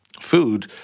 food